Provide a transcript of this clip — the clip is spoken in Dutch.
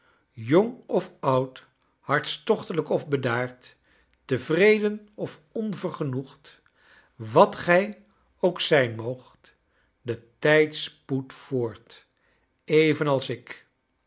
jong of oud hartstochtelijk of bedaard tevreden of onvergenoegd wat gij ook zijn moogt de tijd spoedt voort evenals ik